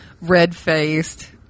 red-faced